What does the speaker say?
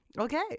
Okay